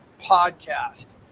podcast